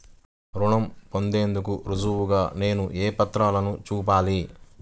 రుణం పొందేందుకు రుజువుగా నేను ఏ పత్రాలను చూపాలి?